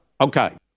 Okay